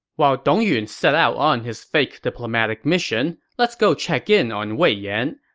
while dong yun set out on his fake diplomatic mission, let's go check in on wei yan.